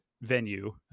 venue